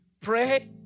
pray